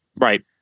Right